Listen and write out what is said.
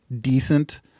decent